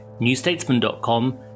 newstatesman.com